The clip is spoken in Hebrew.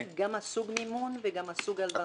----- גם על סוג מימון וגם על סוג הלוואה.